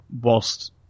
whilst